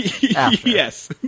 Yes